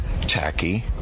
tacky